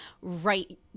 right